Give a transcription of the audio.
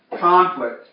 conflict